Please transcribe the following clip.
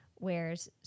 wears